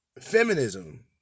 feminism